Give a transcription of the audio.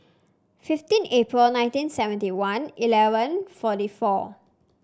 fifteen April nineteen seventy one eleven forty four